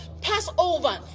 Passover